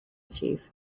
chief